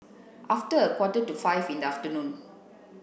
after a quarter to five in the afternoon